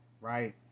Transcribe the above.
right